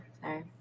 sorry